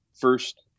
first –